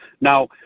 Now